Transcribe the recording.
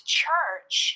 church